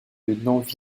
lieutenant